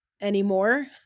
anymore